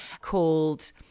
called